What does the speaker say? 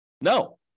No